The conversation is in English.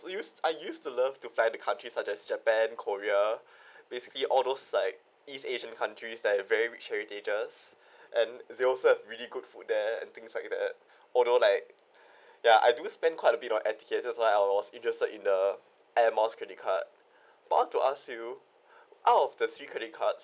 I used I used to love to fly to countries suh as japan korea basically all those like east asian countries that are very rich heritage status and they also have really good food there and things like that although like ya I do spend quite a bit on air tickets that's why I was interested in the airmiles credit card I want to ask you out of the three credit cards